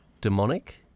demonic